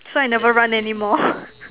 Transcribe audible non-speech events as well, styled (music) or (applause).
so I never run anymore (breath)